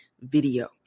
video